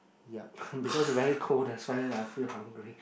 yup because very cold that's why lah I feel hungry